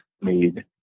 made